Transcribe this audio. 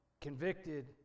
convicted